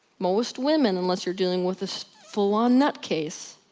most women, unless you're dealing with a full on nut case,